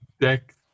deck